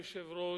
אדוני היושב-ראש,